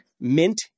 Mint